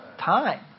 time